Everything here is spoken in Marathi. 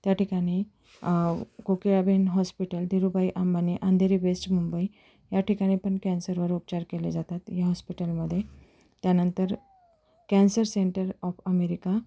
त्या ठिकाणी कोकिळाबेन हॉस्पिटल धीरूभाई अंबानी अंधेरी वेस्ट मुंबई या ठिकाणी पण कॅन्सरवर उपचार केले जातात या हॉस्पिटलमध्ये त्यानंतर कॅन्सर सेंटर ऑफ अमेरिका